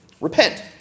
Repent